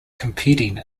competing